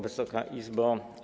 Wysoka Izbo!